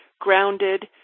grounded